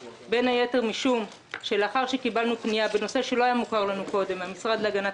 משום שלאחר שקיבלנו פנייה מהמשרד להגנת